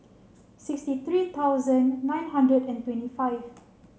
sixty three thousand nine hundred and twenty five